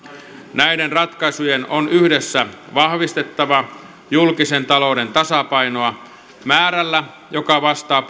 näiden ratkaisujen on yhdessä vahvistettava julkisen talouden tasapainoa määrällä joka vastaa